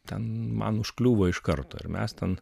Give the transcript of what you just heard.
ten man užkliūva iš karto ir mes ten